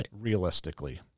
realistically